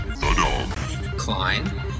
Klein